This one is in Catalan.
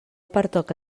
pertoca